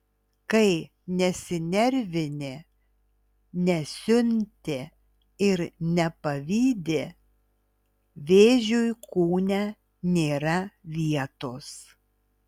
kai nesinervini nesiunti ir nepavydi vėžiui kūne nėra vietos